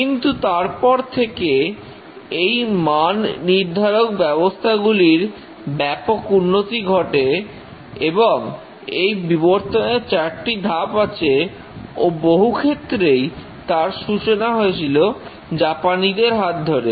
কিন্তু তারপর থেকে এই মান নির্ধারক ব্যবস্থাগুলির ব্যাপক উন্নতি ঘটে এবং এই বিবর্তনের চারটি ধাপ আছে ও বহু ক্ষেত্রেই তার সূচনা হয়েছিল জাপানিদের হাত ধরে